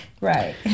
Right